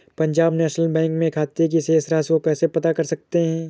Punjab National Bank में खाते की शेष राशि को कैसे पता कर सकते हैं?